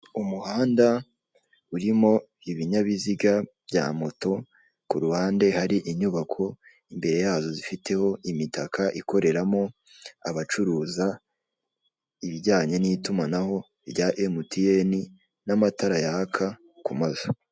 Umuhanda urimo ibinyabiziga bya moto, ku ruhande hari inyubako, imbere yazo zifiteho imitaka ikoreramo abacuruza ibijyanye n'itumanaho rya emutiyeni n'amatara yaka ku mazu.